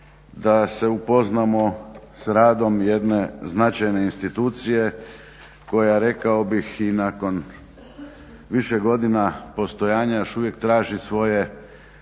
da se upoznamo s radom jedne značajne institucije koja rekao bih i nakon više godina postojanja još uvijek traži svoje